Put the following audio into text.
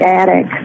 attic